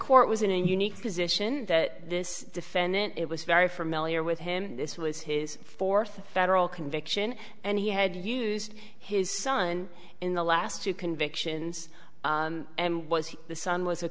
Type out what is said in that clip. court was in an unique position that this defendant it was very familiar with him this was his fourth federal conviction and he had used his son in the last two convictions and was he the son was a